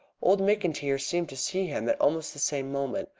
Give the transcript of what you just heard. old mcintyre seemed to see him at almost the same moment,